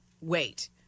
wait